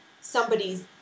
somebody's